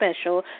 special